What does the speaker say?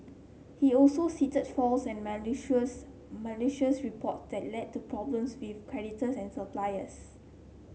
he also cited false and malicious malicious report that led to problems with creditors and suppliers